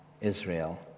Israel